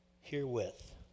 Herewith